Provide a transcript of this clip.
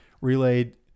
relayed